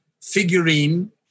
Figurine